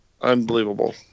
Unbelievable